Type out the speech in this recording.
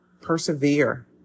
persevere